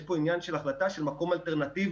יש פה עניין של החלטה לגבי מקום אלטרנטיבי.